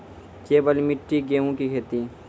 केवल मिट्टी गेहूँ की खेती?